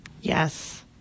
Yes